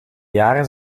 jaren